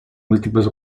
múltiples